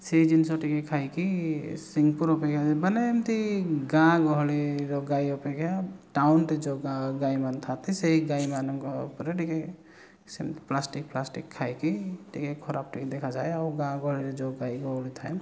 ସେହି ଜିନିଷ ଟିକିଏ ଖାଇକି ରୋଗ ମାନେ ଏମିତି ଗାଁ ଗହଳିର ଗାଈ ଅପେକ୍ଷା ଟାଉନ୍ଠି ଯେଉଁ ଗାଈମାନେ ଥାଆନ୍ତି ସେହି ଗାଈମାନଙ୍କ ଉପରେ ଟିକିଏ ପ୍ଲାଷ୍ଟିକ୍ ଫ୍ଲାଷ୍ଟିକ୍ ଖାଇକି ଟିକିଏ ଖରାପ ଟିକିଏ ଦେଖାଯାଏ ଆଉ ଗାଁ ଗହଳିରେ ଯେଉଁ ଗାଈଗୋରୁ ଥାଏ